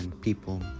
people